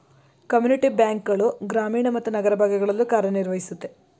community bank ಗಳು ಗ್ರಾಮೀಣ ಮತ್ತು ನಗರ ಭಾಗಗಳಲ್ಲೂ ಕಾರ್ಯನಿರ್ವಹಿಸುತ್ತೆ